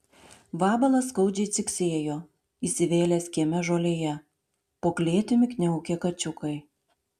vabalas skaudžiai ciksėjo įsivėlęs kieme žolėje po klėtimi kniaukė kačiukai